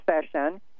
session